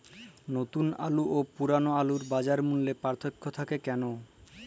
নতুন আলু ও পুরনো আলুর বাজার মূল্যে পার্থক্য থাকে কেন?